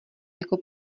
jako